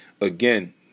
again